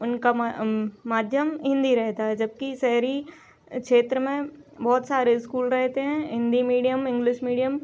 उनका माध्यम हिन्दी रहता है जबकि शहरी क्षेत्र में बहुत सारे इस्कूल रहते हैं हिन्दी मीडियम इंग्लिश मीडियम